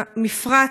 המפרץ,